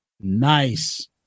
Nice